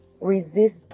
Resist